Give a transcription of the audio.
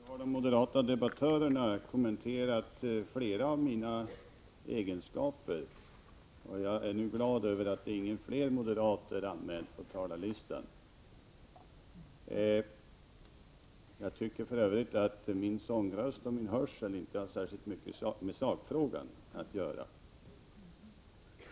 Fru talman! Nu har de moderata debattörerna kommenterat flera av mina egenskaper. Jag är glad över att inte fler moderater är anmälda på talarlistan. Jag tycker f. ö. att min sångröst och min hörsel inte har särskilt mycket med sakfrågan att göra.